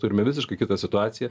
turime visiškai kitą situaciją